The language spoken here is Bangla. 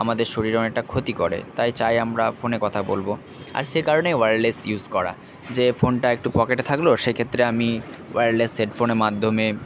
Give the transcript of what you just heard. আমাদের শরীরে অনেকটা ক্ষতি করে তাই চাই আমরা ফোনে কথা বলবো আর সেকারণে ওয়্যারলেস ইউজ করা যে ফোনটা একটু পকেটে থাকলো সেক্ষেত্রে আমি ওয়্যারলেস হেডফোনের মাধ্যমে